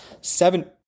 seven